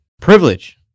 privilege